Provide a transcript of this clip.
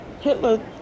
Hitler